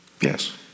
Yes